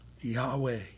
Yahweh